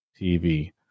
TV